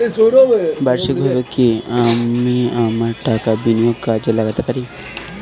বার্ষিকভাবে কি আমি আমার টাকা বিনিয়োগে কাজে লাগাতে পারি?